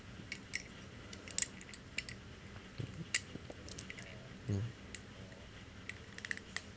mm